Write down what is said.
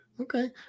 Okay